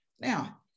Now